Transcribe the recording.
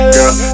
Girl